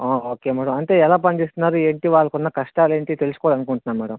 ఓ okay madam అంటే ఎలా పండిస్తున్నారు ఏంటి వాళ్ళకున్న కష్టాలేంటి తెలుసుకోవాలనుకుంటున్నా మేడమ్